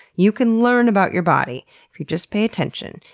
you can learn about your body if you just pay attention,